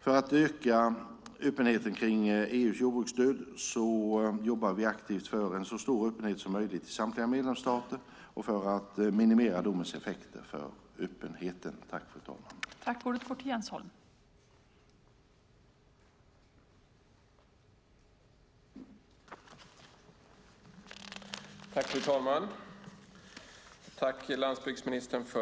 För att öka öppenheten kring EU:s jordbruksstöd jobbar vi aktivt för en så stor öppenhet som möjligt i samtliga medlemsstater och för att minimera domens effekter för öppenheten. Då Jonas Sjöstedt, som framställt interpellationen, anmält att han var förhindrad att närvara vid debatten medgav tredje vice talmannen att Jens Holm i stället fick